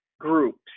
groups